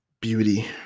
beauty